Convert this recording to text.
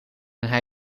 hij